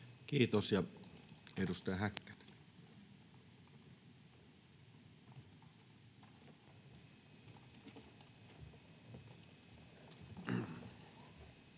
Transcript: Kiitos. Edustaja Meri. Kiitos,